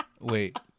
wait